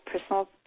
personal